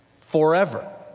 Forever